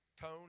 tone